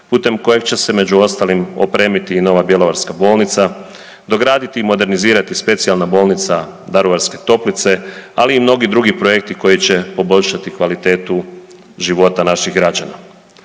putem kojeg će se među ostalim opremiti i nova bjelovarska bolnica, dograditi i modernizirati specijalna bolnica Daruvarske Toplice, ali i mnogi drugi projekti koji će poboljšati kvalitetu života naših građana.